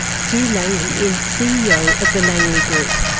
sue langley is ceo of the langley group.